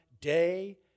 day